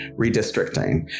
redistricting